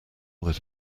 that